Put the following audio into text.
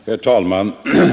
Herr talman!